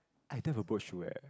I don't have a boat shoe eh